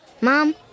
Mom